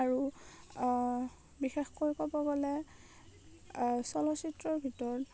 আৰু বিশেষকৈ ক'ব গ'লে চলচ্চিত্ৰৰ ভিতৰত